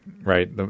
right